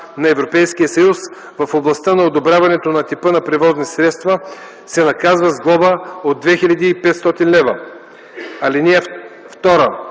на Европейския съюз в областта на одобряването на типа на превозни средства, се наказва с глоба 2500 лв. (2) На